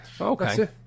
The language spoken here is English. okay